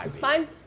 fine